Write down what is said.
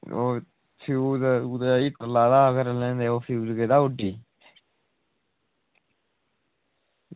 ते ओह् हीटर लाए दा हा घरै आह्लें ते ओह् फ्यूज़ गेदा हा उड्डी